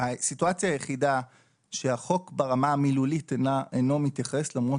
הסיטואציה היחידה שהחוק ברמה המילולית אינו מתייחס למרות